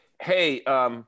hey